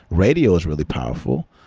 radio is really powerful.